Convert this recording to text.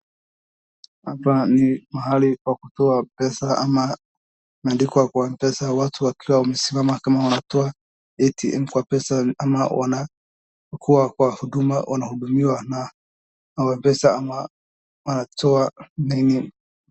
Hapa ni mahali pa kutoa pesa ama imeandikwa kwa Mpesa watu wakiwa wamesimama kama wanatoa ATM kwa pesa ama wana kuwa kwa huduma wana hudumiwa au Mpesa ama wanatoa deni.